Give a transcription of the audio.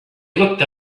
looked